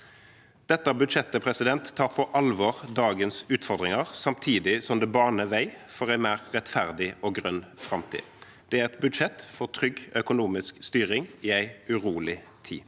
Dette budsjettet tar på alvor dagens utfordringer samtidig som det baner vei for en mer rettferdig og grønn framtid. Det er et budsjett for trygg økonomisk styring i en urolig tid.